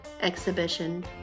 exhibition